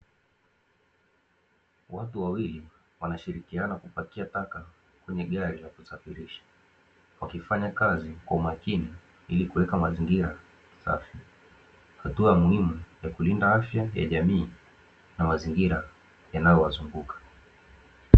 Watu wawili wanashirikiana kupakia taka kwenye gari la kusafirisha wakifanya kazi kwa makini ili kuweka mazingira safi, hatua muhimu ya kulinda afya ya jamii na mazingira yanayo wazunguka.